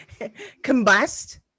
combust